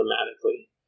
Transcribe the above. automatically